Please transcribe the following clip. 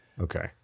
Okay